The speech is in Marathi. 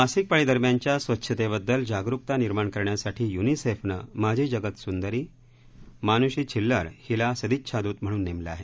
मासिक पाळीदरम्यानच्या स्वच्छतेबद्दल जागरूकता निर्माण करण्यासाठी यूनिसेफनं माजी जगत सुंदरी मानृषी छिल्लर हिला सदीच्छादूत म्हणून नेमलं आहे